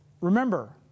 Remember